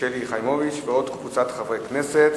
שלי יחימוביץ וקבוצת חברי הכנסת.